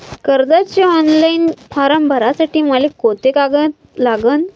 कर्जाचे online form भरासाठी मले कोंते कागद लागन?